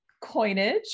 coinage